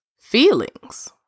Feelings